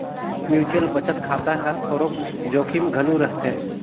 mutual बचत खाता हर थोरोक जोखिम घलो रहथे